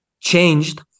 Changed